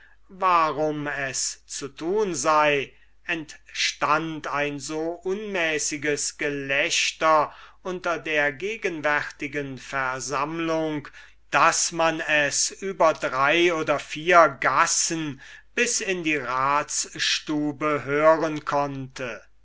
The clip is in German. warum es zu tun sei entstund ein so unmäßiges gelächter unter der gegenwärtigen versammlung daß man es über drei oder vier gassen bis in der ratsstube hören konnte